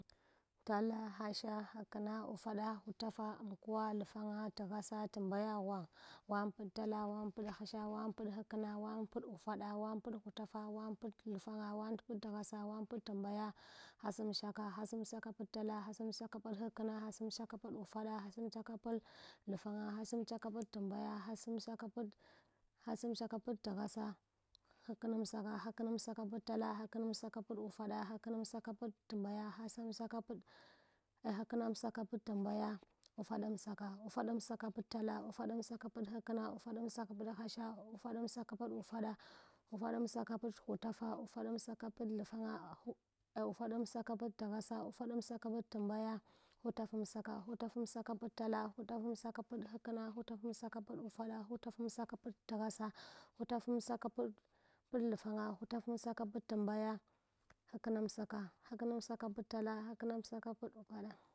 Tala hasha haskna uʒada hutaʒa amkuwa alfanga tmbaya ghwang ghwang pɗ tala ghwang paɗ hasha ghwang paɗ hakna ghwang paɗ uʒaɗa ghwang paɗ hutaʒa ghwang paɗ lfanga ghwang paɗ tambaya hasamsaka hasamsaka paɗ tala hasamsaka paɗ hakna hasamsaka paɗ uʒaɗa hasamsaka paɗ alfanga hasamsaka paɗ tambaya hasamsaka paɗ hasamsaka paɗ tghasa haknamsaka haknamsaka paɗ tala haknamsaka paɗ uʒada haknamsaka paɗ tambaya haknamsaka paɗ ahaknamsaka paɗ tambaya uʒadamsaka uʒaɗamsaka paɗ tala uʒaɗamsaka paɗ hakna uʒaɗamsaka paɗ ufada uʒaɗamsaka paɗ hulafa uʒaɗamsaka paɗ afanga ahu uʒaɗamsaka paɗ tghasa uʒaɗamsaka paɗ tmbaya hutafamsaka hutafamsaka paɗ tala hutafamsaka paɗ hakna hutafamsaka paɗ uʒada hutafamsaka paɗ tghasa hutafamsaka paɗ paɗ lfanga hutafamsaka paɗ tambaya haknamsaka haknamsaka paɗ tala haknamsaka paɗ uʒada